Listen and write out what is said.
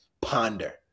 ponder